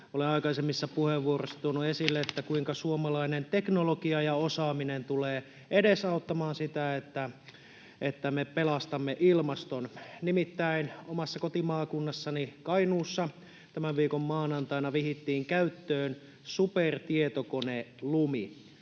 Olen aikaisemmissa puheenvuoroissa tuonut esille, kuinka suomalainen teknologia ja osaaminen tulevat edesauttamaan sitä, että me pelastamme ilmaston. Nimittäin omassa kotimaakunnassani Kainuussa tämän viikon maanantaina vihittiin käyttöön supertietokone Lumi,